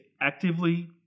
actively